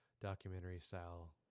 documentary-style